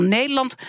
Nederland